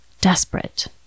Desperate